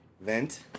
Vent